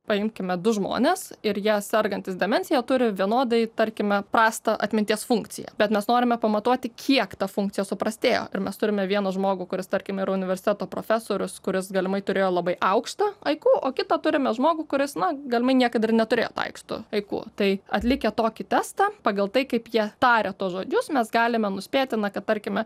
paimkime du žmones ir jie sergantys demencija turi vienodai tarkime prastą atminties funkciją bet mes norime pamatuoti kiek ta funkcija suprastėjo ir mes turime vieną žmogų kuris tarkim ir universiteto profesorius kuris galimai turėjo labai aukštą aiku o kitą turime žmogų kuris na galimai niekad ir neturėjo to aiksto aiku tai atlikę tokį testą pagal tai kaip jie taria tuos žodžius mes galime nuspėti na kad tarkime